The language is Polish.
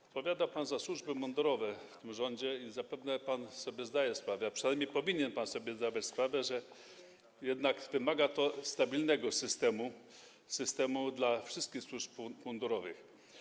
Odpowiada pan za służby mundurowe w tym rządzie i zapewne zdaje pan sobie sprawę, a przynajmniej powinien pan sobie zdawać sprawę, że jednak wymaga to stabilnego systemu, systemu dla wszystkich służb mundurowych.